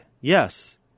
yes